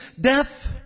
death